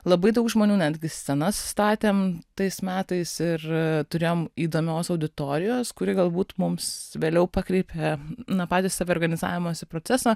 labai daug žmonių netgi scenas statėm tais metais ir turėjom įdomios auditorijos kuri galbūt mums vėliau pakreipė na patį saviorganizavimosi procesą